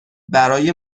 برای